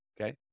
Okay